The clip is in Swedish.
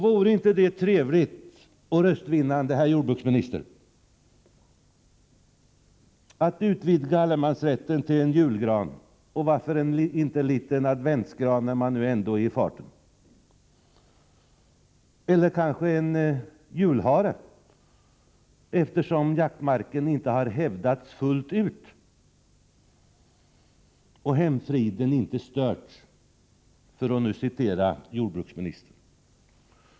Vore det inte trevligt och röstvinnande, herr jordbruksminister, att utvidga allemansrätten till att omfatta en julgran och varför inte också en liten adventsgran, när man ändå är i farten, och kanske också en julhare, eftersom rätten till jaktmarken inte har hävdats fullt ut och hemfriden inte störts, för att citera jordbruksministern.